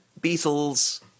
Beatles